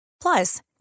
Plus